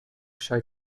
shy